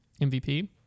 mvp